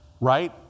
right